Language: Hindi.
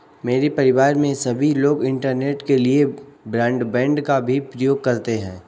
मेरे परिवार में सभी लोग इंटरनेट के लिए ब्रॉडबैंड का भी प्रयोग करते हैं